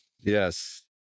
Yes